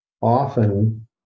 often